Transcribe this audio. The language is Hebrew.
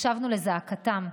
הקשבנו לזעקתם,